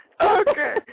Okay